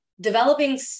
developing